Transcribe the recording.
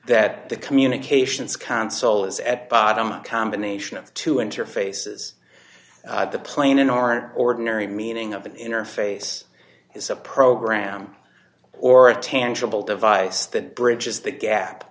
that the communications console is at bottom a combination of the two interfaces the plane in our ordinary meaning of an interface is a program or a tangible device that bridges the gap